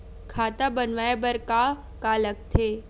खाता बनवाय बर का का लगथे?